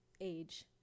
age